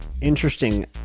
interesting